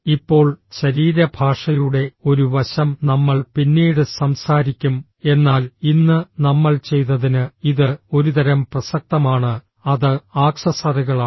ഇപ്പോൾ ശരീരഭാഷയുടെ ഒരു വശം നമ്മൾ പിന്നീട് സംസാരിക്കും എന്നാൽ ഇന്ന് നമ്മൾ ചെയ്തതിന് ഇത് ഒരുതരം പ്രസക്തമാണ് അത് ആക്സസറികളാണ്